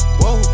whoa